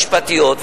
היועצות המשפטיות,